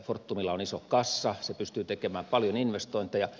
fortumilla on iso kassa se pystyy tekemään paljon investointeja